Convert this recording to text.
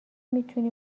میتونی